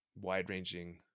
wide-ranging